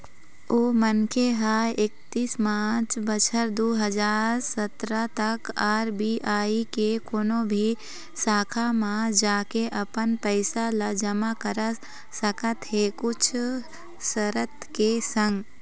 ओ मनखे ह एकतीस मार्च बछर दू हजार सतरा तक आर.बी.आई के कोनो भी शाखा म जाके अपन पइसा ल जमा करा सकत हे कुछ सरत के संग